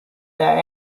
that